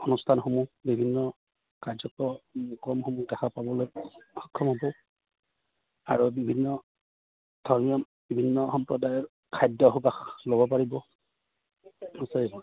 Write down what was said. অনুষ্ঠানসমূহ বিভিন্ন কাৰ্যক্ৰমসমূহ দেখা পাবলৈ সক্ষম হ'ব আৰু বিভিন্ন ধৰ্মীয় বিভিন্ন সম্প্ৰদায়ৰ খাদ্য সুবাস ল'ব পাৰিব